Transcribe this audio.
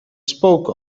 spoke